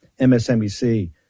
MSNBC